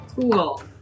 Cool